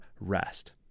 rest